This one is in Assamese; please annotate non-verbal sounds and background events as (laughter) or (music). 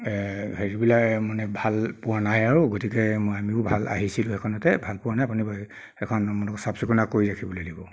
হেৰিবিলাক মানে ভালপোৱা নাই আৰু গতিকে মানুহো ভাল আহিছিলো সেইখনতে ভালপোৱা নাই (unintelligible) চাফ চিকুণতা কৰি ৰাখিবলৈ দিব